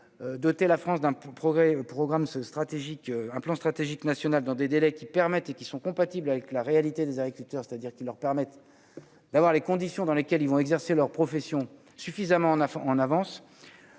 stratégique un plan stratégique national dans des délais qui. Permettent et qui sont compatibles avec la réalité des agriculteurs, c'est-à-dire qui leur permettent d'avoir les conditions dans lesquelles ils vont exercer leur profession suffisamment en avant